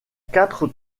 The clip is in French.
quatre